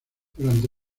durante